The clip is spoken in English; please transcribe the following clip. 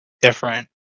different